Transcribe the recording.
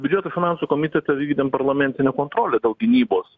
biudžeto finansų komiteto vykdome parlamentinę kontrolę dėl gynybos